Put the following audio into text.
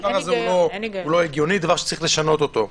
לא הגיוני ויש לשנות את זה.